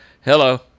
Hello